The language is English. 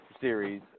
series